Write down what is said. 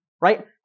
Right